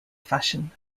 fashion